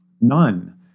None